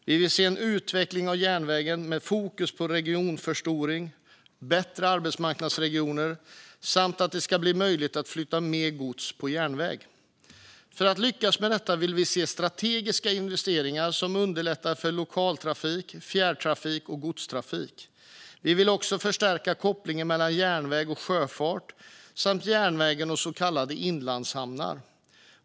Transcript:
Vi vill se en utveckling av järnvägen med fokus på regionförstoring och bättre arbetsmarknadsregioner samt att det ska bli möjligt att flytta mer gods på järnväg. För att lyckas med detta vill vi se strategiska investeringar som underlättar för lokaltrafik, fjärrtrafik och godstrafik. Vi vill också förstärka kopplingen mellan järnväg och sjöfart samt järnväg och så kallade inlandshamnar.